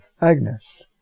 Agnes